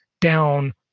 down